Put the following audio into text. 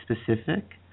specific